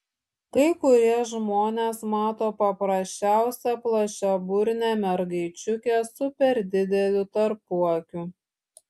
kai kurie žmonės mato paprasčiausią plačiaburnę mergaičiukę su per dideliu tarpuakiu